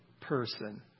person